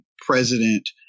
president